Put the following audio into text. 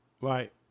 Right